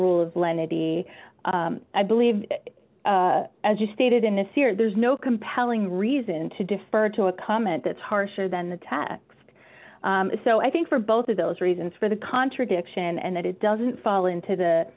rule of lenity i believe as you stated in the series there's no compelling reason to defer to a comment that's harsher than the taxed so i think for both of those reasons for the contradiction and that it doesn't fall into the